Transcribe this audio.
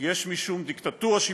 יש משום דיקטטורה שיפוטית,